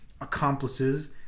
accomplices